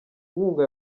nkunga